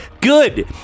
good